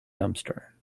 dumpster